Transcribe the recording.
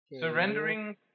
surrendering